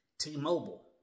T-Mobile